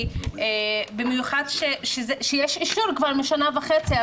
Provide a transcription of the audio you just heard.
במיוחד שיש אישור כבר משנה וחצי,